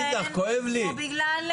אומר את